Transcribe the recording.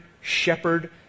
Shepherd